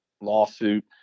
lawsuit